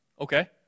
Okay